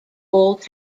old